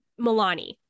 Milani